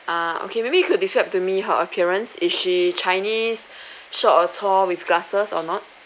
uh okay maybe you could describe to me her appearance is she chinese short or tall with glasses or not